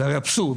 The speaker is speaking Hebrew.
זה הרי אבסורד.